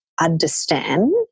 understand